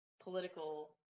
political